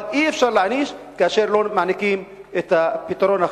אבל אי-אפשר להעניש כאשר לא מעניקים את הפתרון החלופי.